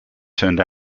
turned